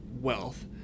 wealth